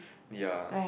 ya